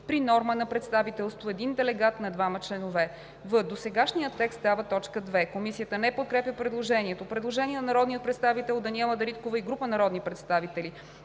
при норма на представителство един делегат на двама членове.“ в) Досегашният текст става т. 2.“ Комисията не подкрепя предложението. Предложение на народния представител Даниела Дариткова и група народни представители.